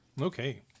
Okay